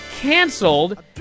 canceled